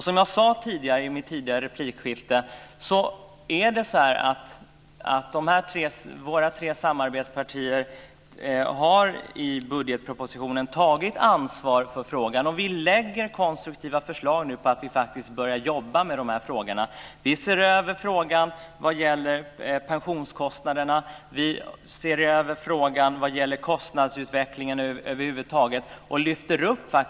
Som jag sade tidigare har de tre samarbetspartierna tagit ansvar för budgetpropositionen. Vi lägger fram konstruktiva förslag så att vi kan börja att jobba med dessa frågor. Vi ser över pensionskostnaderna och kostnadsutvecklingen över huvud taget.